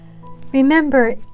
Remember